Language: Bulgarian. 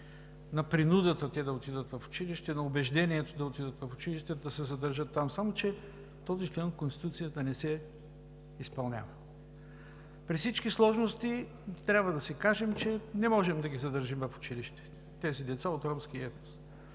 на принудата – те да отидат в училище, убеждението да отидат в училище, да се задържат там, само че този член от Конституцията не се изпълнява. При всички сложности трябва да си кажем, че не можем да задържим в училище децата от ромския етнос.